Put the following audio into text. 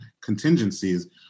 contingencies